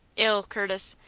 ill, curtis.